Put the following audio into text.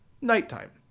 nighttime